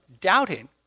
doubting